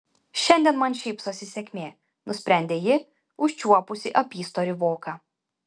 šiandien man šypsosi sėkmė nusprendė ji užčiuopusi apystorį voką